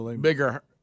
bigger